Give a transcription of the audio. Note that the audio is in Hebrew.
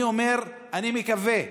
אני אומר, אני מקווה,